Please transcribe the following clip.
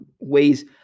ways